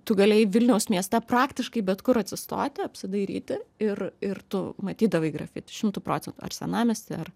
tu galėjai vilniaus mieste praktiškai bet kur atsistoti apsidairyti ir ir tu matydavai grafiti šimtu procentų ar senamiesty ar